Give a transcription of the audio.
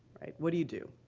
what do you do?